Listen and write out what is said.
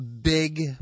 big